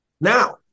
Now